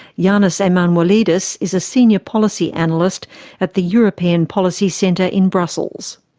janis emmanouilidis is a senior policy analyst at the european policy centre in brussels.